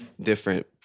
different